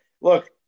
Look